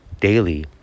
Daily